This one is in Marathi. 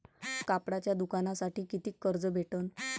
कापडाच्या दुकानासाठी कितीक कर्ज भेटन?